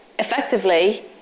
Effectively